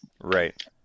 Right